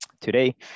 Today